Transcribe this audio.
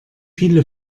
viele